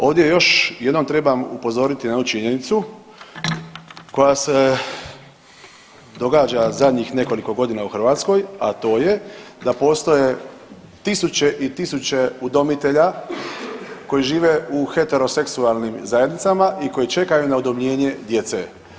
Ovdje još jednom trebam upozoriti na jednu činjenicu koja se događa zadnjih nekoliko godina u Hrvatskoj, da postoje tisuće i tisuće udomitelja koji žive u heteroseksualnim zajednicama i koji čekaju na udomljenje djece.